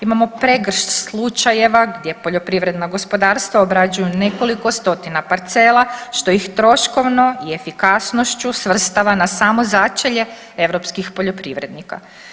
Imamo pregršt slučajeva gdje poljoprivredna gospodarstva obrađuju nekoliko stotina parcela što ih troškovno i efikasnošću svrstava na samo začelje europskih poljoprivrednika.